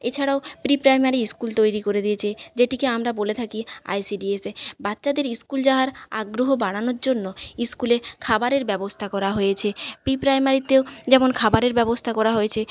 এছাড়াও preprimary school তৈরি করে দিয়েছে যেটিকে আমরা বলে থাকি আইসিডিএসএ বাচ্চাদের স্কুল যাওয়ার আগ্রহ বাড়ানোর জন্য স্কুলে খাবারের ব্যবস্থা করা হয়েছে পিপ্রাইমারিতেও যেমন খাবারের ব্যবস্থা করা হয়েছে